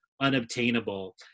unobtainable